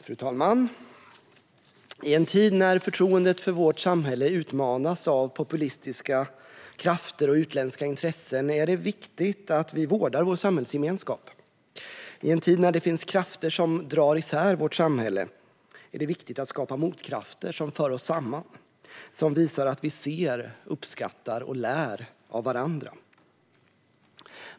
Fru talman! I en tid när förtroendet för vårt samhälle utmanas av populistiska krafter och utländska intressen är det viktigt att vi vårdar vår samhällsgemenskap. I en tid när det finns krafter som drar isär vårt samhälle är det viktigt att skapa motkrafter som för oss samman och som visar att vi ser, uppskattar och lär av varandra.